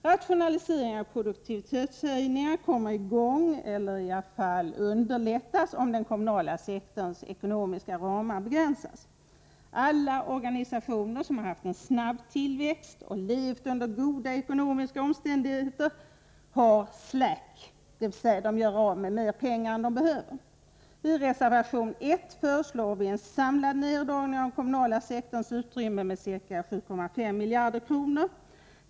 Rationaliseringar och produktivitetshöjningar kommer i gång — eller underlättas i varje fall — om den kommunala sektorns ekonomiska ramar begränsas. Alla organisationer som har haft en snabb tillväxt och levt under goda ekonomiska omständigheter redovisar s.k. slack, dvs. gör av med mer pengar än som behövs. I reservation 1 föreslår vi en samlad neddragning av den kommunala sektorns utrymme med ca 7,5 miljarder kronor.